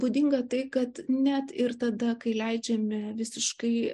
abūdinga tai kad net ir tada kai leidžiame visiškai